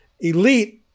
Elite